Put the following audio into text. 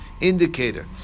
indicator